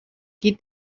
qui